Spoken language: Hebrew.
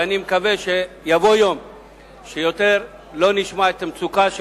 ואני מקווה שיבוא יום שיותר לא נשמע את המצוקה של